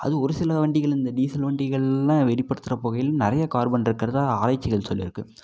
அது ஒரு சில வண்டிகள் இந்த டீசல் வண்டிகள்லாம் வெளிப்படுத்துகிற புகையில் நிறைய கார்பன் இருக்கிறதா ஆராய்ச்சிகள் சொல்லியிருக்கு